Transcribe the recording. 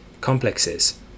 complexes